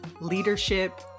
leadership